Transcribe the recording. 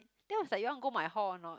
then I was like you want go my hall or not